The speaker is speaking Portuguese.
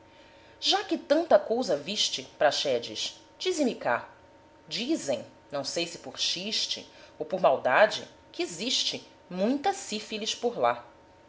já que tanta cousa viste praxedes dize-me cá dizem não sei se por chiste ou por maldade que existe muita sífilis por lá